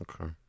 Okay